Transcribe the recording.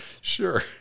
Sure